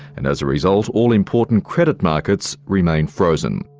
and as a result, all-important credit markets remain frozen.